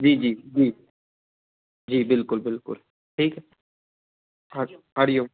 जी जी जी जी बिल्कुलु बिल्कुलु ठीकु है ह हरि ओम